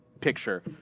picture